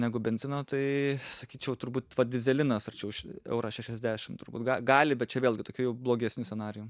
negu benzino tai sakyčiau turbūt vat dyzelinas arčiau ši euro šešiasdešim turbūt ga gali bet čia vėlgi tokiu jau blogesniu scenariju